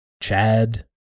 Chad